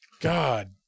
God